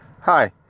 Hi